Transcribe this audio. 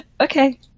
Okay